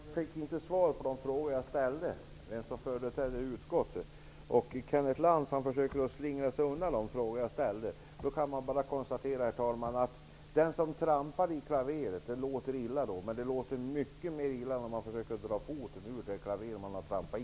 Herr talman! Jag fick inte svar på de frågor som jag ställde. Jag undrade vem som företrädde utskottet. Kenneth Lantz försöker slingra sig undan de frågor som jag ställde. Man kan då bara konstatera, herr talman, att det låter illa när man trampar i klaveret, men det låter mycket mer illa om man försöker dra foten ur det klaver som man en gång trampat i.